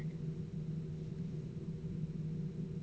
yes